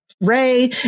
Ray